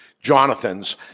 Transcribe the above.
Jonathan's